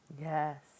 Yes